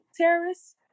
terrorists